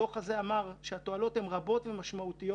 הדוח הזה אמר שהתועלות הן רבות ומשמעותיות,